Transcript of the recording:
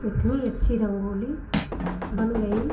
इतनी अच्छी रंगोली बन गई